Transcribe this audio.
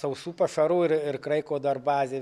sausų pašarų ir ir kraiko dar bazė